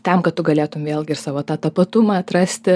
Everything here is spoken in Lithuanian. tam kad tu galėtum vėlgi ir savo tą tapatumą atrasti